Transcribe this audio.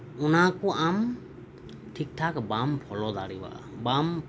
ᱚᱱᱟ ᱠᱚ ᱟᱢ ᱴᱷᱤᱠ ᱴᱷᱟᱠ ᱵᱟᱢ ᱯᱷᱳᱞᱳ ᱫᱟᱲᱮᱭᱟᱜᱼᱟ ᱵᱟᱢ